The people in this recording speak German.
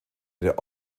der